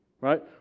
right